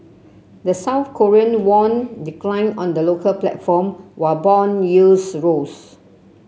the South Korean won declined on the local platform while bond yields rose